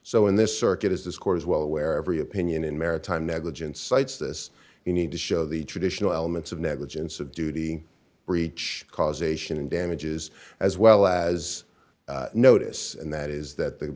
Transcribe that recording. so in this circuit as this court is well aware every opinion in maritime negligence cites this you need to show the traditional elements of negligence of duty breach causation and damages as well as notice and that is that the